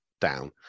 down